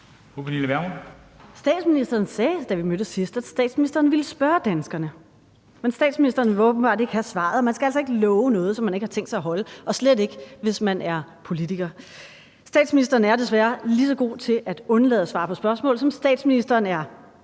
Pernille Vermund (NB): Statsministeren sagde, da vi mødtes sidst, at statsministeren ville spørge danskerne, men statsministeren vil åbenbart ikke have svaret. Man skal altså ikke love noget, som man ikke har tænkt sig at holde, og slet ikke, hvis man er politiker. Statsministeren er desværre lige så god til at undlade at svare på spørgsmål, som statsministeren er